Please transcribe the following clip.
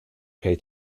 pay